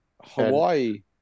Hawaii